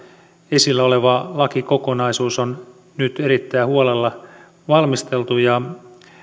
esillä oleva lakikokonaisuus on nyt erittäin huolella valmisteltu ja